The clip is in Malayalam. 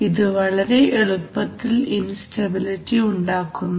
ഇത് വളരെ എളുപ്പത്തിൽ ഇൻസ്റ്റബിലിറ്റി ഉണ്ടാക്കുന്നു